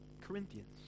Corinthians